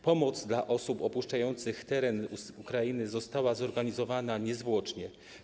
Pomoc dla osób opuszczających teren Ukrainy została zorganizowana niezwłocznie.